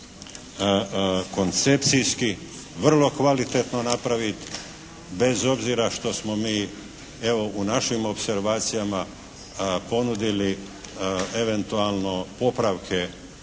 koncepcijski vrlo kvalitetno napravit bez obzira što smo mi evo, u našim opservacijama ponudili eventualno popravke